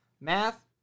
Math